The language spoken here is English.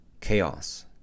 chaos